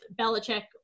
Belichick